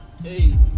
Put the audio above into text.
Hey